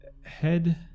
head